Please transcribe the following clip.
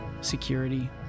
security